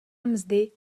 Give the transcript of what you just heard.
mzdy